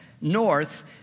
north